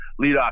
leadoff